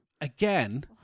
again